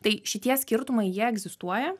tai šitie skirtumai jie egzistuoja